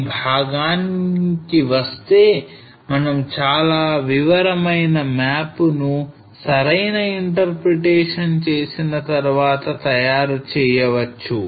ఈ భాగానికి వస్తే మనం చాలా వివరమైన మ్యాప్ ను సరైన interpretation చేసిన తర్వాత తయారు చేయవచ్చు